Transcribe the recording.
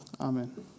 Amen